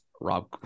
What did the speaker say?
Rob